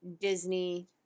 Disney